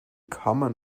kammer